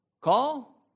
call